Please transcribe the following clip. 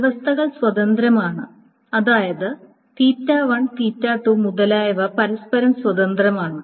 വ്യവസ്ഥകൾ സ്വതന്ത്രമാണ് അതായത് മുതലായവ പരസ്പരം സ്വതന്ത്രമാണ്